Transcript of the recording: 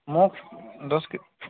মোক দহ কেজি